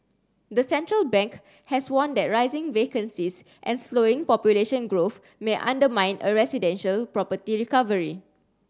the central bank has warned that rising vacancies and slowing population growth may undermine a residential property recovery